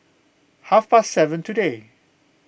half past seven today